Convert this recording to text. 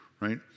right